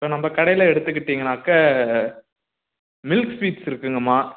இப்போ நம்ம கடையில எடுத்துக்கிட்டிங்கன்னாக்க மில்க் ஸ்வீட்ஸ் இருக்குங்கம்மா